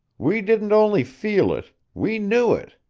we didn't only feel it, we knew it.